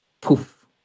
poof